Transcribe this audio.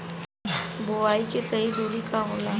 बुआई के सही दूरी का होला?